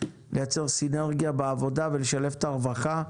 לייצר סינרגיה בעבודה ולשלב את הרווחה.